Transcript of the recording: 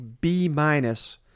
B-minus